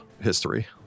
history